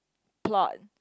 plot